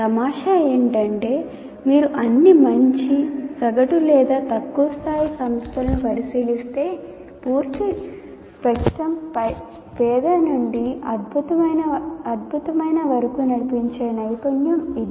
తమాషా ఏమిటంటే మీరు అన్ని మంచి సగటు లేదా తక్కువ స్థాయి సంస్థలను పరిశీలిస్తే పూర్తి స్పెక్ట్రంను పేద నుండి అద్భుతమైన వరకు నడిపించే నైపుణ్యం ఇది